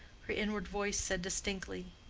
her inward voice said distinctly